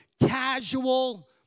casual